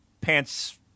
Pants